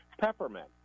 peppermint